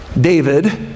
David